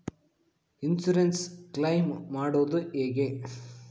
Insurance claim ಮಾಡದು ಹೆಂಗೆ?